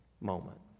moment